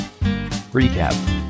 Recap